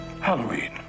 Halloween